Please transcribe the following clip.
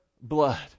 blood